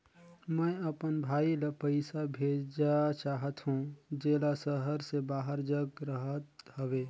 मैं अपन भाई ल पइसा भेजा चाहत हों, जेला शहर से बाहर जग रहत हवे